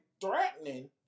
threatening